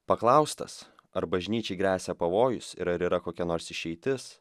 paklaustas ar bažnyčiai gresia pavojus ir ar yra kokia nors išeitis